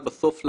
זו לא